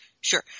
Sure